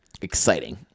Exciting